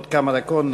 עוד כמה דקות,